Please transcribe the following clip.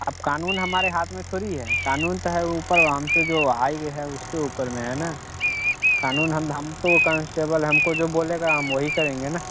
अब क़ानून हमारे हाथ में थोड़ी है क़ानून तो है ऊपर वहाँ हम से जो हाइवे है उसके ऊपर में है ना क़ानून हमको कन्सटेबल हमको जो बोलेगा हम वही करेंगे ना